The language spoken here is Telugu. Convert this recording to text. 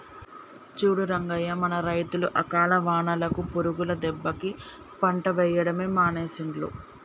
చూడు రంగయ్య మన రైతులు అకాల వానలకు పురుగుల దెబ్బకి పంట వేయడమే మానేసిండ్రు